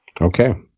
Okay